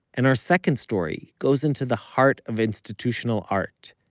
and our second story goes into the heart of institutional art,